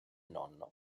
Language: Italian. nonno